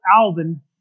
Alvin